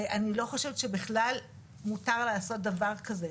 אני לא חושבת שבכלל מותר לעשות דבר כזה.